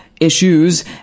issues